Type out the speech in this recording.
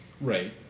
Right